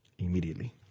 immediately